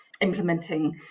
implementing